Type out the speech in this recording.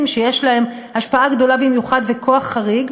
שיש להם השפעה גדולה במיוחד וכוח חריג,